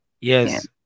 Yes